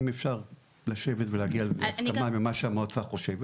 אם אפשר לשבת ולהגיע להסכמה עם מה שהמועצה חושבת,